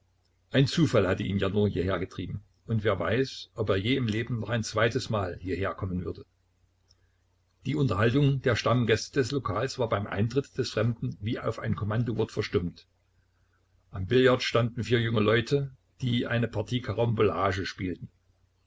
ein zufall hatte ihn ja nur hierher getrieben und wer weiß ob er je im leben noch ein zweites mal hierher kommen würde die unterhaltung der stammgäste des lokals war beim eintritt des fremden wie auf ein kommandowort verstummt am billard standen vier junge leute die eine partie karambolage spielten